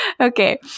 Okay